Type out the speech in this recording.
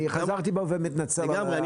אני חזרתי בי ומתנצל על הביטוי.